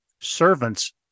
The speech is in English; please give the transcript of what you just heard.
servants